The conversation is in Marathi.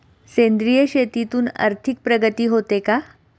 सेंद्रिय शेतीतून आर्थिक प्रगती होते का?